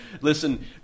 Listen